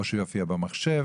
או שיופיע במחשב,